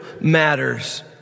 matters